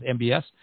MBS